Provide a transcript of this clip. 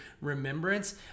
remembrance